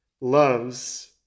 loves